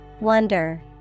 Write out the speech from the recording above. Wonder